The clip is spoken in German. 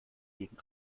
gegen